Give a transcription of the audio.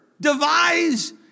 devise